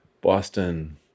Boston